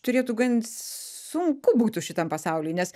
turėtų gan sunku būti šitam pasauly nes